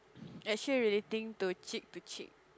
actually relating to cheek to cheek